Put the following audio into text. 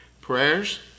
prayers